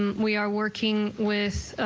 um we are working with